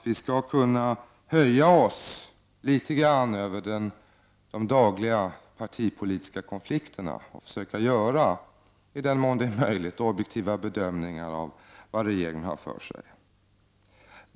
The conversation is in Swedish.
Vi bör kunna höja oss litet grand över de dagliga partipolitiska konflikterna och försöka, i den mån det är möjligt, göra objektiva bedömningar av det som regeringen har för sig.